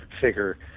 figure